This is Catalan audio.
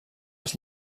els